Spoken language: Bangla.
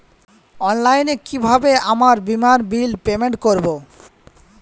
অনলাইনে কিভাবে আমার বীমার বিল পেমেন্ট করবো?